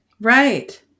right